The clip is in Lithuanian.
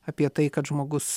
apie tai kad žmogus